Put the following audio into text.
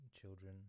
children